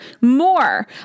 more